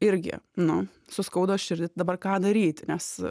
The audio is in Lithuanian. irgi nu suskaudo širdį dabar ką daryti nes